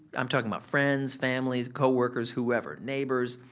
i'm talking about friends, families, coworkers, whoever, neighbors,